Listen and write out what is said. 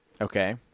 Okay